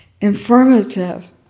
informative